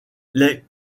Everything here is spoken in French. les